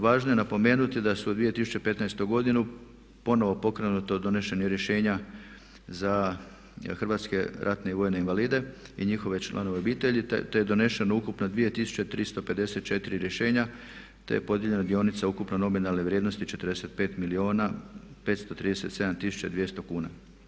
Važno je napomenuti da je u 2015. godini ponovno pokrenuto donošenje rješenja za hrvatske ratne vojne invalide i njihove članove obitelji te je doneseno ukupno 2354 rješenja te je podijeljeno dionica ukupno nominalne vrijednosti 45 milijuna 537 tisuća i 200 kuna.